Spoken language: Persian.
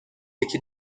یکی